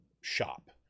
shop